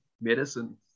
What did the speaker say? medicine